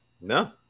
No